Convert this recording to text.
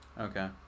Okay